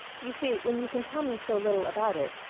you see when you can tell me so little about it